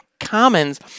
commons